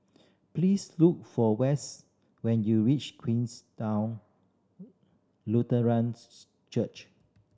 please look for West when you reach Queenstown Lutheran Church